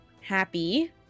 happy